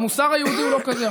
המוסר היהודי הוא לא כזה.